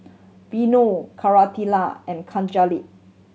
Vanu Koratala and